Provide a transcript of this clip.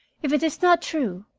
if it is not true,